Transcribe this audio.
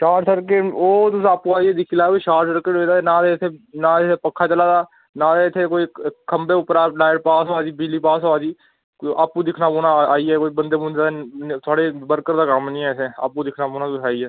short circuit ओह् तुस आपूं आइयै दिक्खी लैएओ शार्ट सर्किट होई दा ना ते इत्थै ना ते इत्थै पक्खा चला दा ना ते इत्थै कोई खंभे उप्परा लाईट पास होआ दी बिजली पास होआ दी ते आपूं दिक्खना पौना आइयै ते बंदे बुंदे दा थुआढ़े वर्कर दा कम्म निं ऐ इत्थै आपूं दिक्खना पौना तुसें आइयै